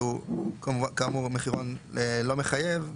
שהוא כאמור מחירון לא מחייב.